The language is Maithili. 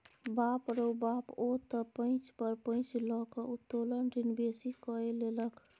बाप रौ बाप ओ त पैंच पर पैंच लकए उत्तोलन ऋण बेसी कए लेलक